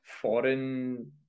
foreign